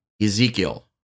Ezekiel